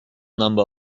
number